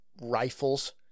rifles